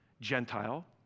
Gentile